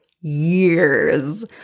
years